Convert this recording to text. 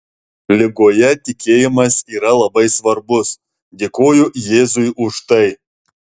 ligoje tikėjimas yra labai svarbus dėkoju jėzui už tai